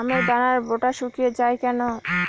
আমের দানার বোঁটা শুকিয়ে য়ায় কেন?